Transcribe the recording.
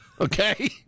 Okay